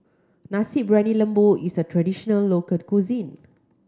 Nasi Briyani Lembu is a traditional local cuisine